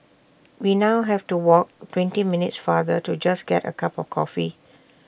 we now have to walk twenty minutes farther to just get A cup of coffee